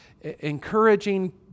encouraging